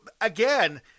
again